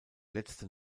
letzte